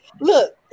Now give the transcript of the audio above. Look